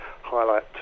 highlight